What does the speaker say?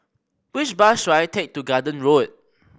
which bus should I take to Garden Road